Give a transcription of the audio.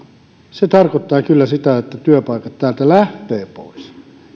se tarkoittaa kyllä sitä että työpaikat täältä lähtevät pois